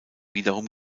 wiederum